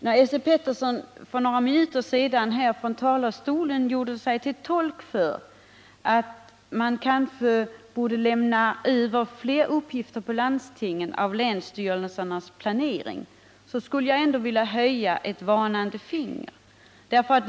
När Esse Petersson för några minuter sedan här från talarstolen gjorde sig till tolk för uppfattningen att man när det gäller länsstyrelsernas planering kanske borde lämna över fler uppgifter till landstingen ville jag höja ett varnande finger.